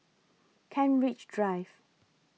Kent Ridge Drive